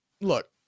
look